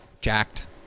jacked